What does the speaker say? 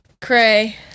Cray